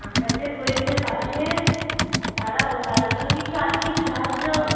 আমরা যে গরীবদের পাশে দাঁড়াবো তার জন্য কিছু আর্থিক সাহায্য